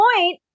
point